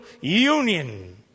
union